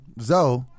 Zoe